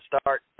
start